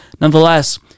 Nonetheless